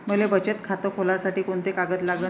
मले बचत खातं खोलासाठी कोंते कागद लागन?